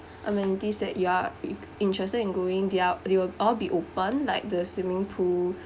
amenities that you are interested in going they are they will all be open like the swimming pool